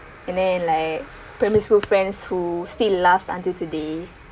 and then like primary school friends who still laughed until today